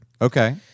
Okay